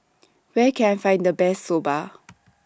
Where Can I Find The Best Soba